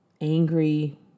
angry